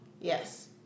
yes